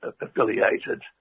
affiliated